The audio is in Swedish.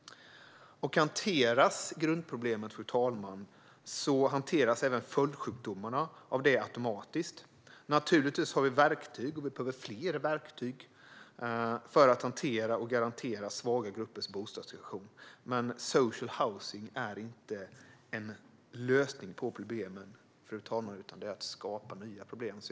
Om grundproblemet hanteras, fru talman, hanteras även dess följdsjukdomar automatiskt. Naturligtvis har vi verktyg, och vi behöver fler verktyg för att hantera och garantera svaga gruppers bostadssituation. Social housing är dock inte en lösning på problemen, utan det skapar nya problem.